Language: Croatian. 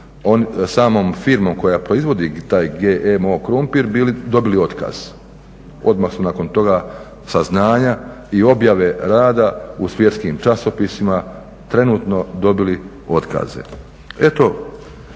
samom firmom koja proizvodi taj GMO krumpir dobili otkaz. Odmah su nakon toga saznanja i objave rada u svjetskim časopisima trenutno dobili otkaze.